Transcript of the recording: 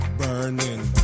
burning